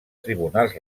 tribunals